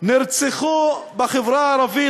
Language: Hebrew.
נרצחו בחברה הערבית,